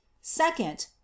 Second